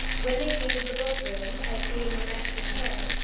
when they came to the book-room, as being the next in turn,